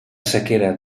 sequera